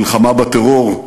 מלחמה בטרור,